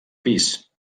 pis